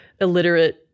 illiterate